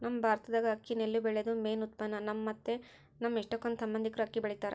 ನಮ್ ಭಾರತ್ದಾಗ ಅಕ್ಕಿ ನೆಲ್ಲು ಬೆಳ್ಯೇದು ಮೇನ್ ಉತ್ಪನ್ನ, ನಮ್ಮ ಮತ್ತೆ ನಮ್ ಎಷ್ಟಕೊಂದ್ ಸಂಬಂದಿಕ್ರು ಅಕ್ಕಿ ಬೆಳಿತಾರ